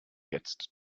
jetzt